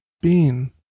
bean